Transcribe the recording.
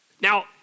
Now